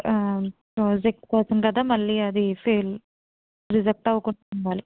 project కోసం కదా మళ్ళీ అది ఫెయిల్ రిజెక్ట్ అవ్వకుండా ఉండాలి